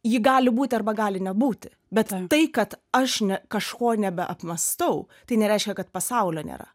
ji gali būti arba gali nebūti bet tai kad aš ne kažko nebe apmąstau tai nereiškia kad pasaulio nėra